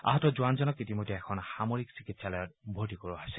আহত জোৱানজনক ইতিমধ্যে এখন সামৰিক চিকিৎসালয়ত ভৰ্তি কৰোৱা হৈছে